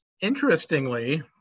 interestingly